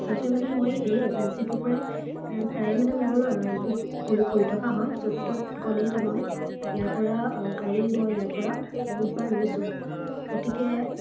আচলতে মানে মই এই এজেঞ্চিটোৰপৰাই প্ৰায়ে মানে মোৰ বুক কৰি কৰি থকা হয় য'ত ত'ত গ'লেই তাৰমানে ইয়াৰপৰা গাড়ী মই ইয়াৰপৰা বহুত বাৰ লৈছোঁ গতিকে